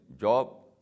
job